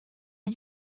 est